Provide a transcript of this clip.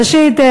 ראשית,